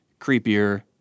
creepier